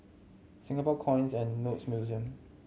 Singapore Coins and Notes Museum